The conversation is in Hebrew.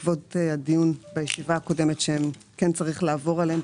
בעקבות הדיון בישיבה הקודמת שכן צריך לעבור עליהן,